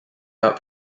out